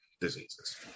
Diseases